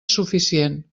suficient